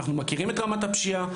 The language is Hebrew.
אנחנו מכירים את רמת הפשיעה,